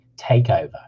Takeover